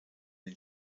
den